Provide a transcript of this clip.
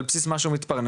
על בסיס מה שהוא מתפרנס,